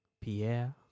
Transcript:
Pierre